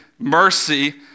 Mercy